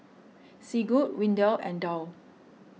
Sigurd Windell and Dow